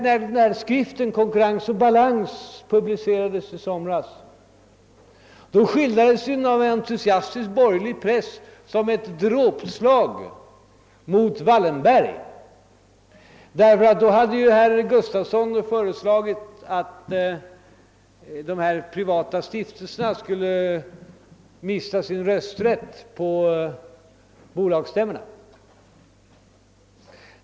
När skriften »Konkurrens och balans» publicerades i somras, skildrades den av entusiastisk borgerlig press som ett dråpslag mot Wallenberg. Herr Gustafson hade nämligen föreslagit att de privata stiftelserna skulle mista sin rösträtt på bolagsstämmorna.